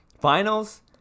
finals